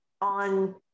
on